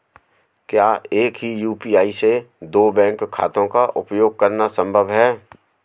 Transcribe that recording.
क्या एक ही यू.पी.आई से दो बैंक खातों का उपयोग करना संभव है?